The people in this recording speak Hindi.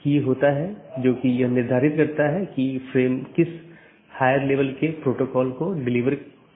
तो इसका मतलब यह है कि यह प्रतिक्रिया नहीं दे रहा है या कुछ अन्य त्रुटि स्थिति उत्पन्न हो रही है